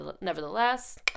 nevertheless